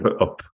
up